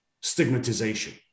stigmatization